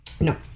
No